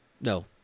No